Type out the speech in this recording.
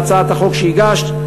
בהצעת החוק שהגשת,